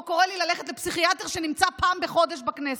או קורא לי ללכת לפסיכיאטר שנמצא פעם בחודש בכנסת.